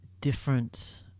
different